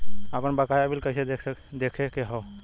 आपन बकाया बिल कइसे देखे के हौ?